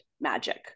magic